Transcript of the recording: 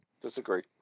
disagree